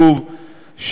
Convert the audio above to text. שוב,